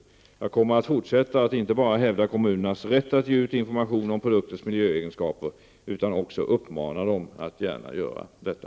Jag kommer att fortsätta att inte bara hävda kommunernas rätt att ge ut information om produkters miljöegenskaper utan också uppmana dem att gärna göra detta.